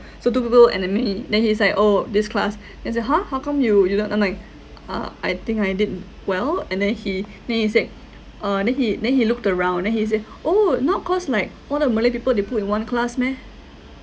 so two people and then me then he's like oh this class then he said !huh! how come you you don't uh I think I did well and then he then he say uh then he then he looked around then he say oh not cause like all of malay people they put in one class meh